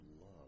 love